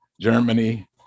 germany